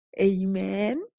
Amen